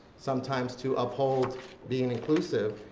sometimes to uphold being inclusive,